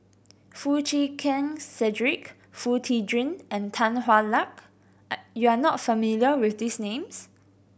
Foo Chee Keng Cedric Foo Tee Jun and Tan Hwa Luck are you are not familiar with these names